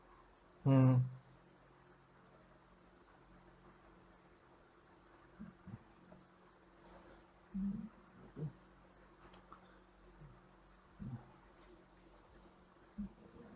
mm